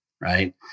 right